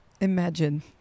Imagine